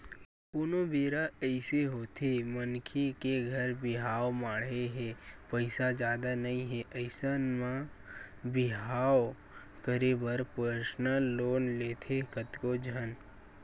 कोनो बेरा अइसे होथे मनखे के घर बिहाव माड़हे हे पइसा जादा नइ हे अइसन म बिहाव करे बर परसनल लोन लेथे कतको झन